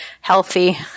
healthy